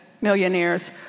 millionaires